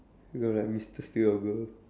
no lah mister steal your girl